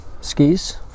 skis